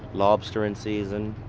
lobster in season,